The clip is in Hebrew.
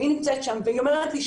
והיא נמצאת שם והיא אומרת לי,